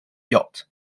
yacht